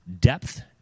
depth